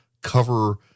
cover